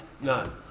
No